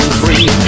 free